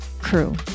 Crew